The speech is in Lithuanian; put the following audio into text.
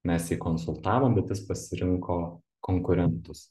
mes jį konsultavom bet jis pasirinko konkurentus